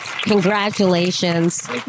congratulations